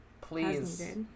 Please